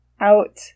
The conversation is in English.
out